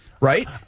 right